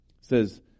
says